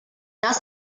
das